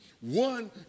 One